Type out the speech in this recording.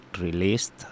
released